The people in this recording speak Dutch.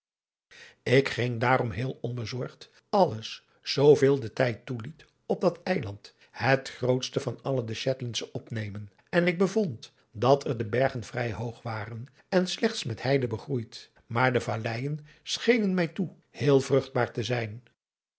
ik ging daarom heel onbezorgd alles zooveel de tijd toeliet op dat eiland het grootst van alle de shetlandsche opnemen en ik bevond dat er de bergen vrij hoog waren en slechts met heide begroeid maar de valleijen schenen mij toe heel vruchtbaar te zijn